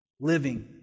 living